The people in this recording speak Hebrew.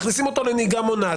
מכניסים אותו לנהיגה מונעת.